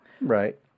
right